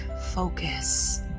focus